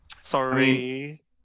sorry